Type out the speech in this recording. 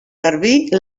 garbí